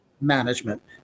management